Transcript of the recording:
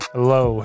Hello